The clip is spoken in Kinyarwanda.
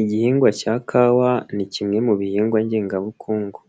igihingwa cya kawa ni kimwe mu bihingwa ngengabukungu.